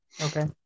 okay